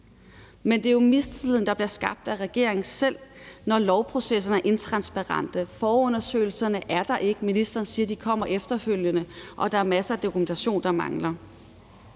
Men det er jo en mistillid, der bliver skabt af regeringen selv, når lovprocesserne er intransparente. Forundersøgelserne er der ikke – ministeren siger, at de kommer efterfølgende – og der er masser af dokumentation, der mangler.